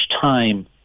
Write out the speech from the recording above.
time